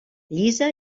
llisa